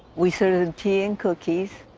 we serve tea and cookies.